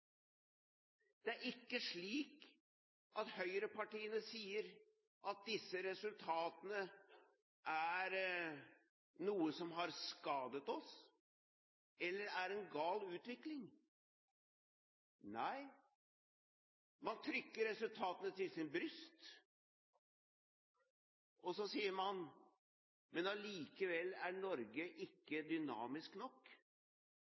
Det er ikke slik at høyrepartiene sier at disse resultatene er noe som har skadet oss, eller er en gal utvikling. Nei, man trykker resultatene til sitt bryst og så sier man: Men allikevel er Norge ikke dynamisk nok